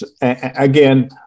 Again